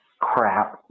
crap